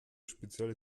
spezielle